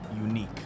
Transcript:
unique